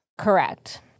Correct